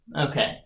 Okay